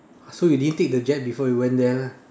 so you didn't take the jab before you went there lah